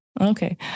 Okay